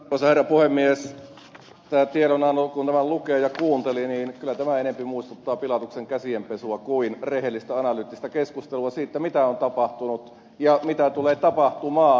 kun tiedonantoa lukee ja kuunteli niin kyllä tämä enemmän muistuttaa pilatuksen käsien pesua kuin rehellistä analyyttistä keskustelua siitä mitä on tapahtunut ja mitä tulee tapahtumaan